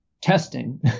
testing